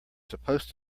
supposed